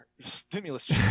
stimulus